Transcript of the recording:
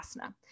asana